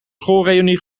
schoolreünie